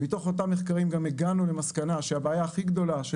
מתוך אותם מחקרים גם הגענו למסקנה שהבעיה הכי גדולה של